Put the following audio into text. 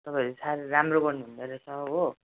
तपाईँहरू साह्रै राम्रो गर्नु हुँदैरहेछ हो